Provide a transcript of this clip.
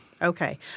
Okay